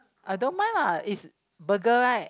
I don't mind lah it's burger right